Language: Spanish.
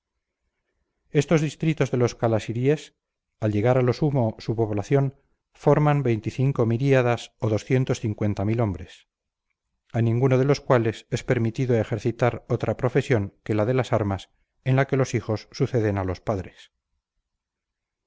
estos distritos de los calasiries al llegar a lo sumo su población forman miríadas o hombres a ninguno de los cuales es permitido ejercitar otra profesión que la de la armas en la que los hijos suceden a los padres